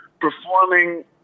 performing